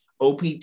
OPT